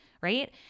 right